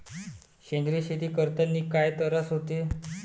सेंद्रिय शेती करतांनी काय तरास होते?